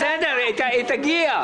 היא תגיע.